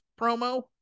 promo